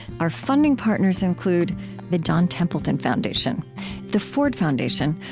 our funding partners include the john templeton foundation the ford foundation,